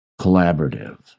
Collaborative